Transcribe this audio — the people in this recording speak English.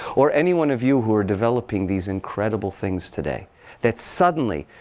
or any one of you who are developing these incredible things today that suddenly,